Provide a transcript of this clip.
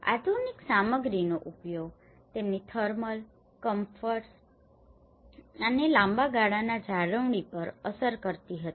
આધુનિક સામગ્રીનો ઉપયોગ તેમની થર્મલ કમ્ફર્ટ્સ અને લાંબા ગાળાના જાળવણી પર પણ અસર કરી હતી